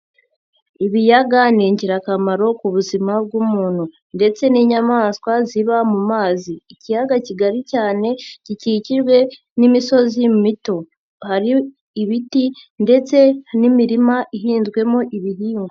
Ibiyaga ni ingirakamaro ku buzima bw'umuntu ndetse n'inyamaswa ziba mu mazi, ikiyaga kigari cyane gikikijwe n'imisozi mito, hari ibiti ndetse n'imirima ihinzwemo ibihingwa.